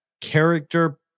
Character